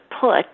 put